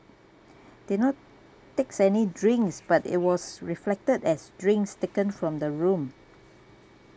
did not takes any drinks but it was reflected as drinks taken from the room